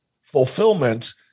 fulfillment